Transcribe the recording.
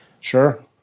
Sure